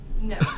No